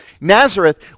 Nazareth